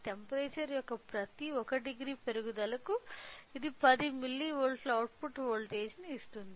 temperature యొక్క ప్రతి 10 పెరుగుదలకు ఇది 10 మిల్లీవోల్ట్ల అవుట్పుట్ వోల్టేజ్ను ఇస్తుంది